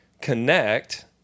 connect